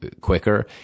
quicker